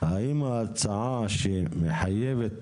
האם ההצעה שמחייבת,